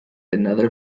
another